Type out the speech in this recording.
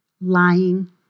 lying